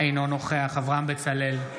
אינו נוכח אברהם בצלאל,